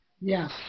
Yes